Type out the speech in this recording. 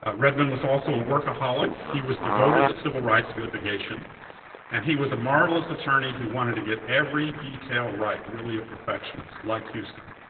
ah redmond was also a workaholic. he was devoted to civil rights litigation and he was a marvelous attorney who wanted to get every detail right. really a perfectionist, like houston.